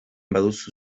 baduzu